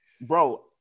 Bro